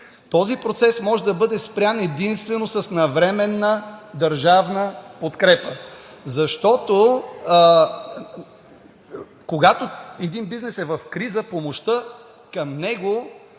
Този процес може да бъде спрян единствено с навременна държавна подкрепа, защото когато един бизнес е в криза, е изключително